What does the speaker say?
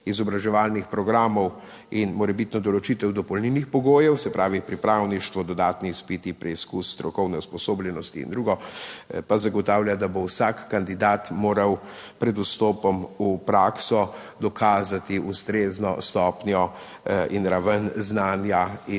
izobraževalnih programov in morebitno določitev dopolnilnih pogojev, se pravi pripravništvo, dodatni izpiti, preizkus strokovne usposobljenosti in drugo, pa zagotavlja, da bo vsak kandidat moral pred vstopom v prakso dokazati ustrezno stopnjo in raven znanja in